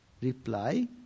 Reply